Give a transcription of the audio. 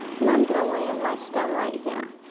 and i'm gonna land my stem right here.